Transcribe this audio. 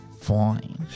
fine